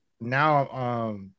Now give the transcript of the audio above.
now